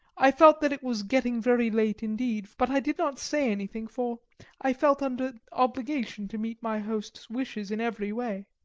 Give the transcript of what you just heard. i felt that it was getting very late indeed, but i did not say anything, for i felt under obligation to meet my host's wishes in every way.